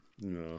No